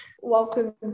Welcome